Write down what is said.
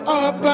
up